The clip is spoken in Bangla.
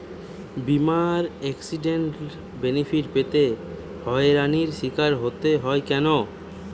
বিমার এক্সিডেন্টাল বেনিফিট পেতে হয়রানির স্বীকার হতে হয় কেন?